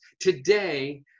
Today